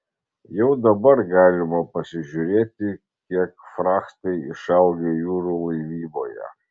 jau dabar galima pasižiūrėti kiek frachtai išaugę jūrų laivyboje